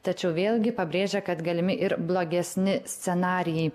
tačiau vėlgi pabrėžė kad galimi ir blogesni scenarijai